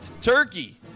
turkey